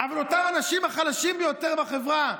אבל האנשים החלשים ביותר בחברה,